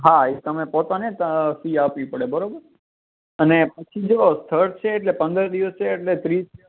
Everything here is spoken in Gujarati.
હા એ તમે પોતાને તઅઅ ફી આપવી પડે બરાબર અને પછી જો કચ્છ છે એટલે પંદર દિવસ છે એટલે ત્રીસ